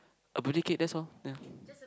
a birthday cake that's all ya